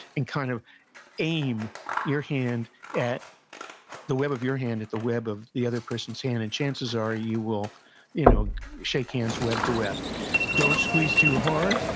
and kind of aim your hand at the web of your hand and at the web of the other person's hand. and chances are, you will you know shake hands web-to-web don't squeeze too hard,